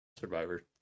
survivor